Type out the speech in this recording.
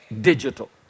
digital